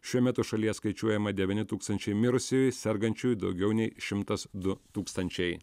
šiuo metu šalies skaičiuojama devyni tūkstančiai mirusiųjų sergančiųjų daugiau nei šimtas du tūkstančiai